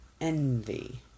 envy